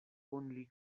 only